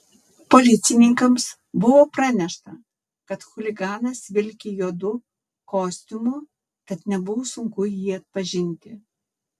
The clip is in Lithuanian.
policininkams buvo pranešta kad chuliganas vilki juodu kostiumu tad nebuvo sunku jį atpažinti